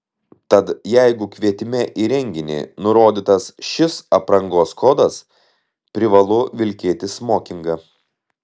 tad jeigu kvietime į renginį nurodytas šis aprangos kodas privalu vilkėti smokingą